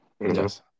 Yes